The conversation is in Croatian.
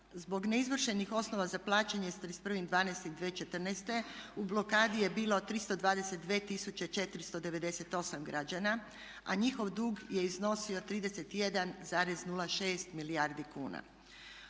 Zbog neizvršenih osnova za plaćanje s 31.12.2014. u blokadi je bilo 322 498 građana a njihov dug je iznosio 31,06 milijardi kuna.